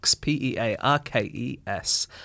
P-E-A-R-K-E-S